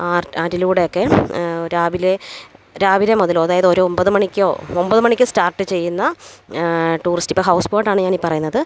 ആറി ആറ്റിലൂടെയൊക്കെ രാവിലെ രാവിലെ മുതല് അതായത് ഒരൊമ്പത് മണിക്കോ ഒമ്പത് മണിക്ക് സ്റ്റാര്ട്ട് ചെയ്യുന്ന ടൂറിസ്റ്റ് ഇപ്പോള് ഹൗസ് ബോട്ടാണ് ഞാനീ പറയുന്നത്